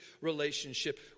relationship